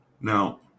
Now